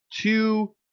two